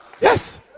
Yes